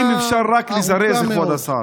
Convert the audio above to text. אם אפשר רק לזרז, כבוד השר.